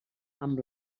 amb